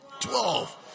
Twelve